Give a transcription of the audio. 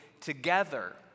together